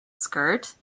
skirt